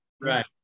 right